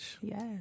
Yes